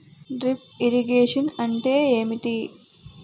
Drip irrigation అంటే ఏమిటి?